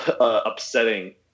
upsetting